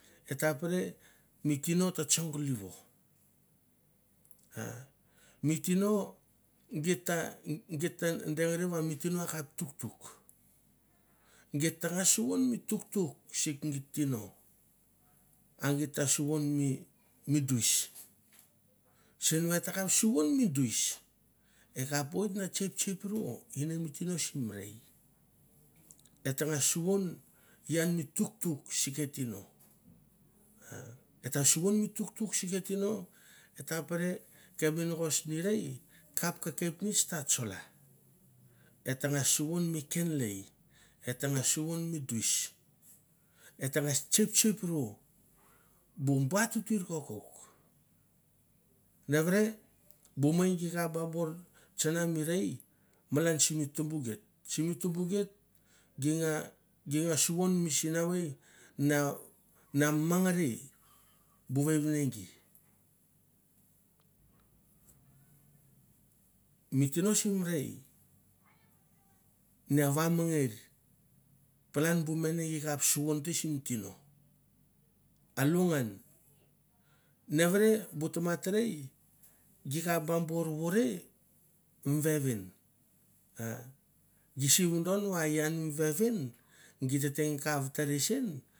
E ta pre mi tino ta tsongalivo, a mi tino geit geit ta dengari va mi tino akap tuktuk, geit tangas suvon mi tuktuk si ke geit tino. A geit ta suvon mi duis, sen va e takap suvon mi duis, e kep oit na tsep tsep ra ne mi tino sim rei e tangas suvon ian mi tuktuk si ke tino, e ta suvon mi tuktuk sike tino, et ta pere, ke menagos ni rei, kap ka kepnets ta tsola, et tangas suvon m mi kenlai, et tangas suvon mi duis, et tangas tsep tsep ro bu ba titir kokouk, nevere bu mei gi kap ba buar tsana mi rei malan simi tumbu geit, simi tumbu geit gi nga gina suvon mi sinavei na mangrei palan bu mene te gi kap suvon te sim tino a lu ngan, nevere bu tamatrei gi kap ba bor vore mi vevin, gi si vodon va ian mi vevin gi te tang kau tere sen.